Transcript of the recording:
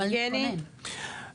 יבגני, בבקשה.